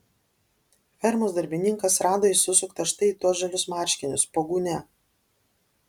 fermos darbininkas rado jį susuktą štai į tuos žalius marškinius po gūnia